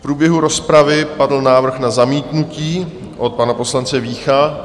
V průběhu rozpravy padl návrh na zamítnutí od pana poslance Vícha.